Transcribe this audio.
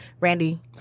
Randy